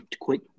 quick